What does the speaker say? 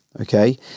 Okay